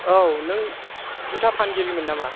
औ नों जुथा फानगिरिमोन नामा